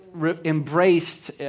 embraced